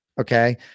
Okay